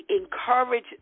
encourage